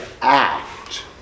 act